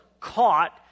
caught